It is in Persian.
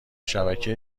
شبکه